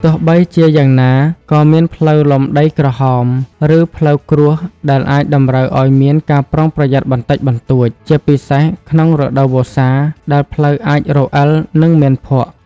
ទោះបីជាយ៉ាងណា ក៏មានផ្លូវលំដីក្រហម ឬផ្លូវគ្រួសដែលអាចតម្រូវឲ្យមានការប្រុងប្រយ័ត្នបន្តិចបន្តួច ជាពិសេសក្នុងរដូវវស្សាដែលផ្លូវអាចរអិលនិងមានភក់។